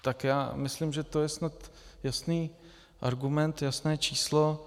Tak já myslím, že to je snad jasný argument, jasné číslo.